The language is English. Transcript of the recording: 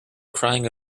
crying